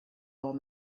old